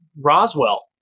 Roswell